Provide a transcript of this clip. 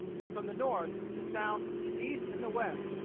and from the north, the south, the east, and the west,